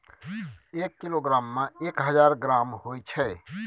एक किलोग्राम में एक हजार ग्राम होय छै